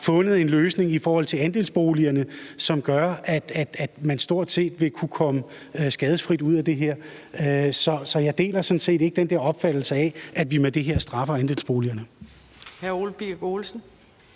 fundet en løsning i forhold til andelsboligejerne, som gør, at man stort set ville kunne blive holdt skadesløs igennem det her. Så jeg deler sådan set ikke den der opfattelse af, at vi med det her straffer andelsboligejerne.